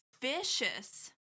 vicious